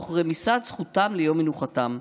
תוך רמיסת זכותם ליום מנוחתם?